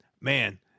man